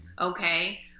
Okay